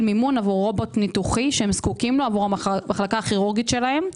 מימון עבור רובוט ניתוחי שהם זקוקים לו למחלקה הכירורגית שלהם.